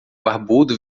barbudo